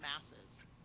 masses